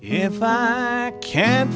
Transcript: if i can